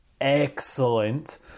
excellent